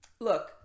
look